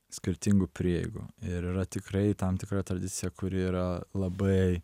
skirtingų prieigų ir yra tikrai tam tikra tradicija kuri yra labai